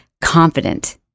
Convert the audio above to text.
confident